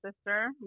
sister